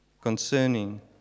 concerning